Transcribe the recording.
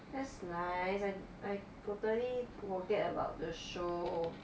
that's nice I I totally forget about the show